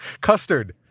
Custard